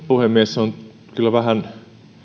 puhemies on kyllä vähän